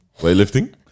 Weightlifting